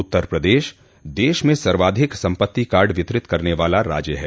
उत्तर प्रदेश देश में सर्वाधिक सम्पत्ति कार्ड वितरित करने वाला राज्य है